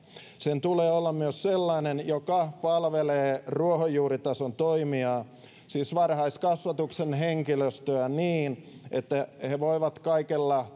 sen tulee olla myös sellainen että se palvelee ruohonjuuritason toimijaa siis varhaiskasvatuksen henkilöstöä niin että he he voivat kaikella